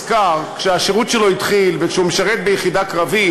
כשהשירות שלו התחיל וכשהוא משרת ביחידה קרבית